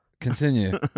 Continue